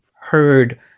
heard